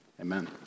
amen